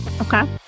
Okay